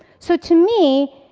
so to me,